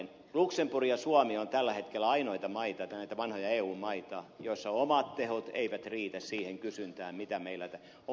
luxemburg ja suomi ovat tällä hetkellä ainoita maita näitä vanhoja eu maita joissa omat tehot eivät riitä siihen kysyntään mitä meillä on